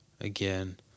again